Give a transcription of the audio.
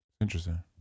Interesting